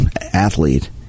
athlete